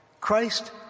Christ